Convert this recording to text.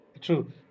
True